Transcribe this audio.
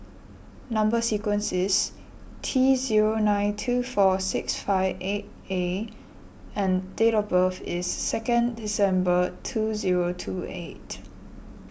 Number Sequence is T zero nine two four six five eight A and date of birth is second December two zero two eight